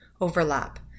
Overlap